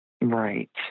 Right